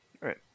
right